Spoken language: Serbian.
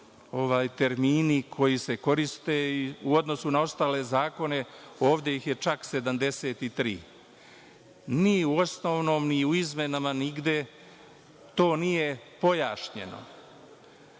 termini koji se koriste u odnosu na ostale zakone ovde ih je čak 73. Ni u osnovnom ni u izmenama nigde to nije pojašnjeno.